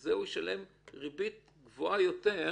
זה הם ישלמו עכשיו ריבית גבוהה יותר,